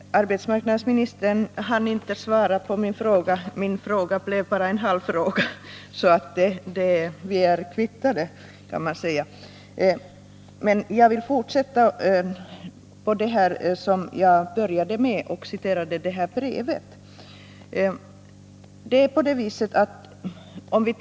Herr talman! Arbetsmarknadsministern hann inte svara på min fråga. Min fråga blev bara en halv fråga. Vi är alltså kvittade, kan man säga. Jag vill fortsätta med det som jag började på i mitt förra inlägg, när jag citerade brevet.